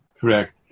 Correct